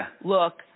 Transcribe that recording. look